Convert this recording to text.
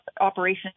operation